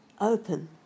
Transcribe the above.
open